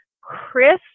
chris